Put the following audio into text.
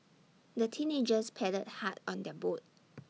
the teenagers paddled hard on their boat